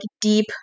deep